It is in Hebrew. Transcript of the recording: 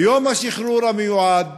ביום השחרור המיועד